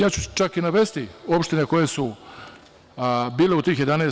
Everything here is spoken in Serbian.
Ja ću čak i navesti opštine koje su bile u tih 11.